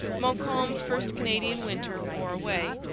montcalm's first canadian winter wore away.